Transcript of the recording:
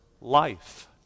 Life